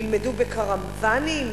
ילמדו בקרוונים?